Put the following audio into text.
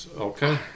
Okay